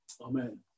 Amen